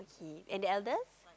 K and the eldest